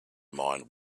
mind